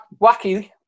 wacky